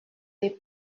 day